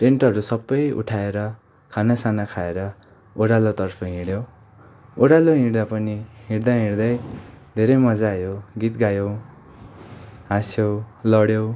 टेन्टहरू सबै उठाएर खानासाना खाएर ओह्रालोतर्फ हिँड्यौँ ओह्रालो हिँड्दा पनि हिँड्दा हिँड्दै धेरै मजा आयो गीत गायौँ हास्यौँ लड्यौँ